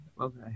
Okay